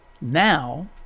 Now